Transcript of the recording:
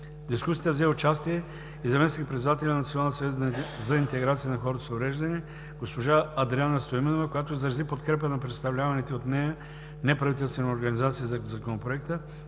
дискусията взе участие и заместник-председателят на Националния съвет за интеграция на хората с увреждания госпожа Адриана Стоименова, която изрази подкрепата на представляваните от нея неправителствени организации за Законопроекта,